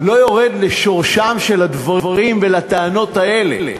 לא יורד לשורשם של הדברים ושל הטענות האלה.